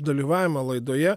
dalyvavimą laidoje